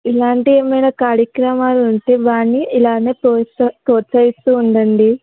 ఇలాంటి ఏమైనా కార్యక్రమాలు ఉంటే వాడిని ఇలాగే ప్రోత్సహి ప్రోత్సహిస్తూ ఉండండి